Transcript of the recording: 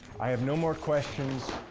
i have no more questions